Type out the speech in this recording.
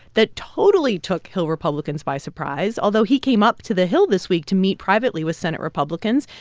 that totally took hill republicans by surprise, although he came up to the hill this week to meet privately with senate republicans,